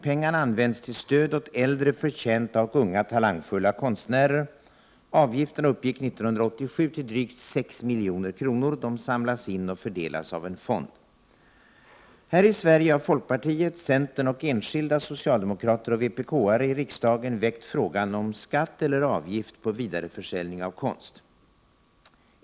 Pengarna används till stöd åt äldre förtjänta och unga talangfulla konstnärer. Avgifterna uppgick 1987 till drygt 6 milj.kr. De samlas in och fördelas av en fond. Här i Sverige har folkpartiet, centern och enskilda socialdemokrater och vpk-are i riksdagen väckt frågan om skatt eller avgift på vidareförsäljning av konst.